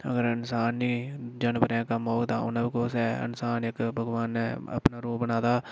अगर इंसान नी जानबरै दे कम्म औग तां उन्नै बी कुसै इंसान इक भगवान ने अपना रूप बनाए दा